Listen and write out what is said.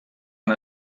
han